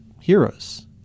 heroes